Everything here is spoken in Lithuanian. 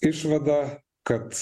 išvada kad